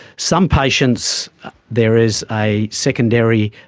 some patients there is a secondary